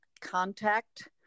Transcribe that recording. contact